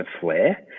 flare